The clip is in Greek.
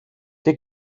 και